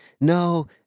No